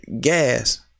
gas